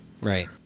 Right